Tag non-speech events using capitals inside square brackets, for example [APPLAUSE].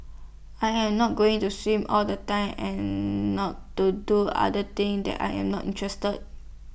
I am not going to swim all the time and [HESITATION] not to do other things that I am not interested